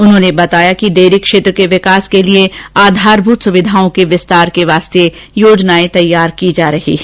उन्होंने बताया कि डेयरी क्षेत्र के विकास के लिए आधारभूत सुविधाओं के विस्तार के लिए योजनाएं तैयार की जा रही हैं